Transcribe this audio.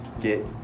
get